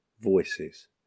voices